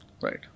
Right